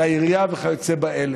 לעירייה וכיוצא באלה.